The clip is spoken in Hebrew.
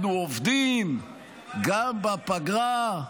אנחנו עובדים גם בפגרה,